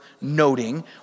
noting